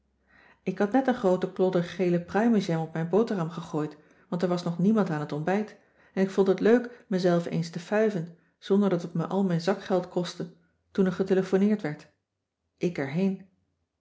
ik had net een grooten klodder gele pruimenjam op mijn boterham gegooid want er was nog niemand aan het ontbijt en ik vond het leuk mezelf eens te fuiven zonder dat het me al mijn zakgeld kostte toen er getelefoneerd werd ik erheen